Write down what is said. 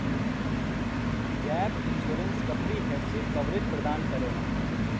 gap insurance comprehensive coverage प्रदान करला